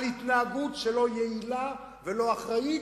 על התנהגות לא יעילה ולא אחראית.